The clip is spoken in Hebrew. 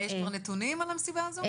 יש כבר נתונים על המסיבה הזאת?